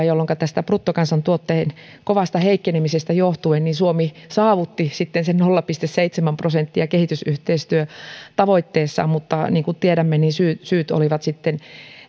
jolloinka bruttokansantuotteen kovasta heikkenemisestä johtuen suomi saavutti sitten sen nolla pilkku seitsemän prosentin kehitysyhteistyötavoitteensa mutta niin kuin tiedämme syyt syyt olivat